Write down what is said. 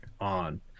on